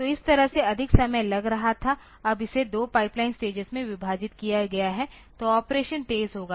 तो इस तरह से अधिक समय लग रहा था अब इसे 2 पाइपलाइन स्टेजेस में विभाजित किया गया है तो ऑपरेशन तेज होगा